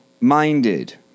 minded